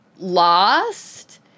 lost